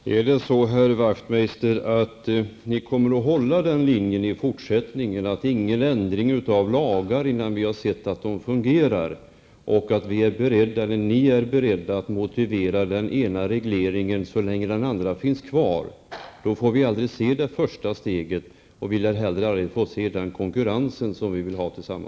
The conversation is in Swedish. Herr talman! Kommer ni även i fortsättningen, herr Wachtmeister, att hålla fast vid linjen att inga lagar skall ändras innan man har kunnat konstatera om de fungerar? Ni tycks vara beredda att motivera den ena regleringen så länge den andra finns kvar. Om det är så, då får vi aldrig se det första steget tas, och vi lär heller aldrig få den konkurrens som vi ju alla vill ha.